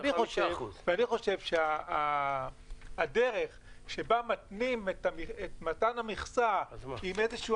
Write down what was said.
חושב שהדרך שבה מתנים את מתן המכסה עם איזושהי